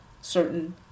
certain